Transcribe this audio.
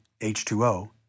H2O